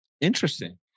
Interesting